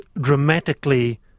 dramatically